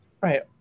Right